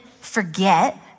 forget